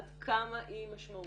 עד כמה היא משמעותית,